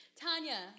Tanya